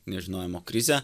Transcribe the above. nežinojimo krizę